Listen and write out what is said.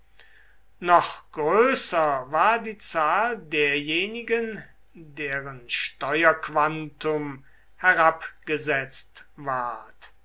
noch größer war die zahl derjenigen deren steuerquantum herabgesetzt ward